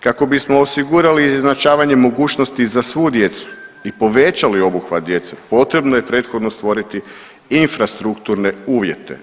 Kako bismo osigurali izjednačavanje mogućnosti za svu djecu i povećali obuhvat djece, potrebno je prethodno stvoriti infrastrukturne uvjete.